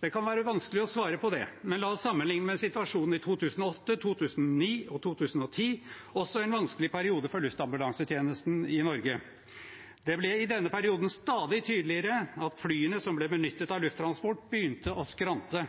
Det kan være vanskelig å svare på det, men la oss sammenligne med situasjonen i 2008, 2009 og 2010 – også en vanskelig periode for luftambulansetjenesten i Norge. Det ble i denne perioden stadig tydeligere at flyene som ble benyttet av Lufttransport, begynte å skrante.